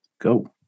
go